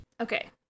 Okay